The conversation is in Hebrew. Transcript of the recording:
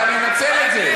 אתה מנצל את זה.